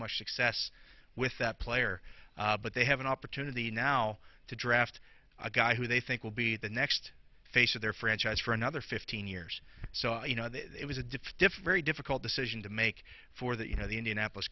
much success with that player but they have an opportunity now to draft a guy who they think will be the next face of their franchise for another fifteen years so you know it was a diff defray difficult decision to make for the you know the indianapolis